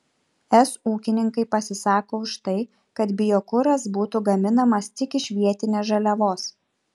es ūkininkai pasisako už tai kad biokuras būtų gaminamas tik iš vietinės žaliavos